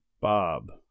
Bob